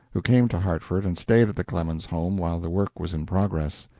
who came to hartford and stayed at the clemens home while the work was in progress.